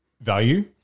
value